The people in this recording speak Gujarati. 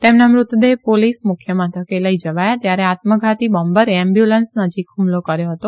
તેમના મૃતદેહ પોલીસ મુખ્ય મથકે લઈ જવાયા ત્યારે આત્મધાતી બોમ્બરે એમબ્યુલન્સ નજીક હ્મલો કર્યો હતો